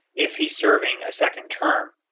if he's serving a second term.